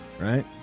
right